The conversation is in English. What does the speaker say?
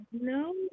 no